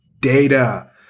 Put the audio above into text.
data